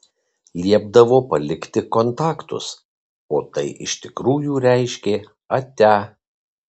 liepdavo palikti kontaktus o tai iš tikrųjų reiškė atia